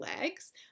legs